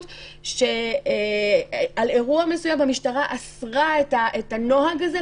על אירוע מסוים שהמשטרה אסרה את הנוהג הזה,